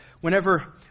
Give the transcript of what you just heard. whenever